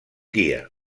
dia